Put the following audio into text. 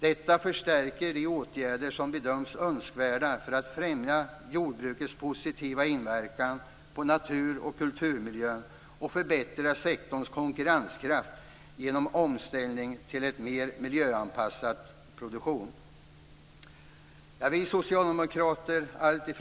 Detta förstärker de åtgärder som bedöms önskvärda för att främja jordbrukets positiva inverkan på natur och kulturmiljön samt förbättra sektorns konkurrenskraft genom omställning till en mer miljöanpassad produktion.